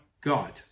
God